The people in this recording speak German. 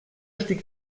stieg